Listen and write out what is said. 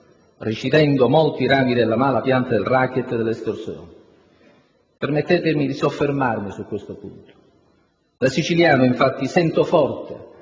recidendo molti rami della mala pianta del *racket* delle estorsioni. Permettetemi di soffermarmi su questo punto. Da siciliano, infatti, sento forte